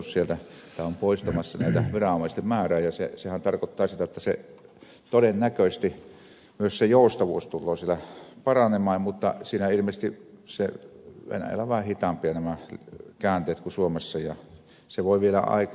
venäjähän on poistamassa sieltä viranomaisia vähentämässä niiden määrää ja sehän tarkoittaa sitä jotta todennäköisesti myös se joustavuus tulee siellä paranemaan mutta ilmeisesti venäjällä ovat vähän hitaampia nämä käänteet kuin suomessa ja se voi viedä aikaa